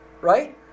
right